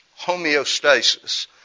homeostasis